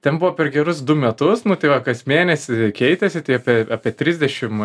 ten buvo per gerus du metus nu tai va kas mėnesį keitėsi tai apie apie trisdešim